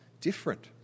different